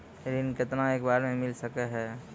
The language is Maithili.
ऋण केतना एक बार मैं मिल सके हेय?